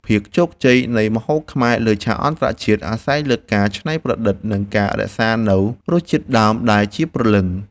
ភាពជោគជ័យនៃម្ហូបខ្មែរលើឆាកអន្តរជាតិអាស្រ័យលើការច្នៃប្រឌិតនិងការរក្សានូវរសជាតិដើមដែលជាព្រលឹង។